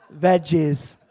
Veggies